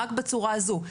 רק בצורה הזו,